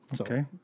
Okay